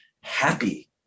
happy